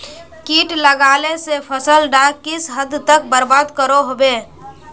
किट लगाले से फसल डाक किस हद तक बर्बाद करो होबे?